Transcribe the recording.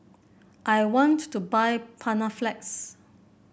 I want to buy Panaflex